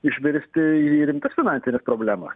išvirsti į rimtas finansines problemas